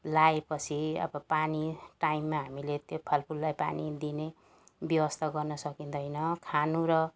लगायो पछि अब पानी टाइममा हामीले त्यो फलफुललाई पानी दिने व्यवस्था गर्नु सकिँदैन खानु र